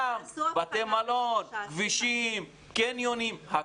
ים, בתי מלון, כבישים, קניונים.